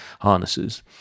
harnesses